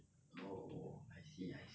oh I see I see